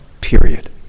period